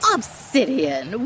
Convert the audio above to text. Obsidian